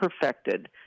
perfected